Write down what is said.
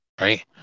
right